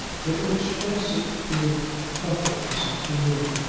but inexpressibly comfortless to me.